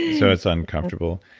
so, it's uncomfortable.